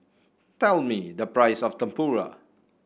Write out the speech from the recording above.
tell me the price of Tempura